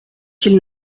qu’il